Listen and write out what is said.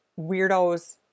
weirdos